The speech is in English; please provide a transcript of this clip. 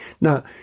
Now